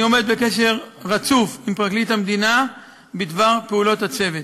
ואני עומד בקשר עם פרקליט המדינה בדבר פעולות הצוות,